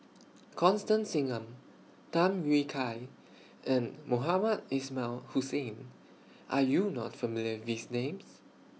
Constance Singam Tham Yui Kai and Mohamed Ismail Hussain Are YOU not familiar with Names